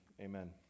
amen